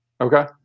Okay